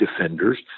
defenders